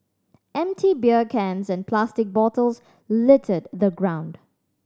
empty beer cans and plastic bottles littered the ground